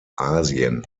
asien